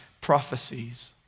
prophecies